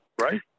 right